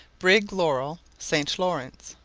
brig laurel, st. laurence,